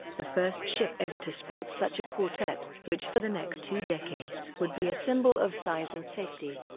the first ship ever to sport such a quartet, which for the next two decades would be a symbol of size and safety.